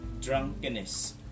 drunkenness